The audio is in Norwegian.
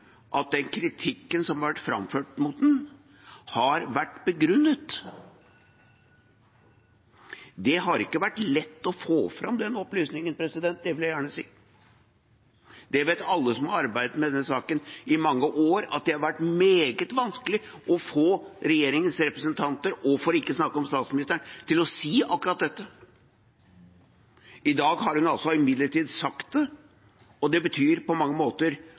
at den kritikken som har vært framført mot den, har vært begrunnet. Det har ikke vært lett å få fram den opplysningen, det vil jeg gjerne si. Det vet alle som har arbeidet med denne saken i mange år, at det har vært meget vanskelig å få regjeringens representanter, for ikke å snakke om statsministeren, til å si akkurat dette. I dag har hun altså sagt det, og det betyr på mange måter